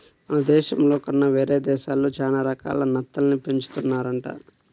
మన దేశంలో కన్నా వేరే దేశాల్లో చానా రకాల నత్తల్ని పెంచుతున్నారంట